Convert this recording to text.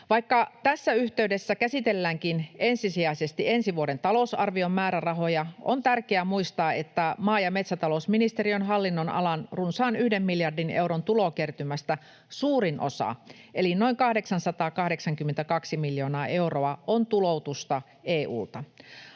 Vaikka tässä yhteydessä käsitelläänkin ensisijaisesti ensi vuoden talousarvion määrärahoja, on tärkeää muistaa, että maa- ja metsätalousministeriön hallinnonalan runsaan yhden miljardin euron tulokertymästä suurin osa eli noin 882 miljoonaa euroa on tuloutusta EU:lta